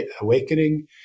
awakening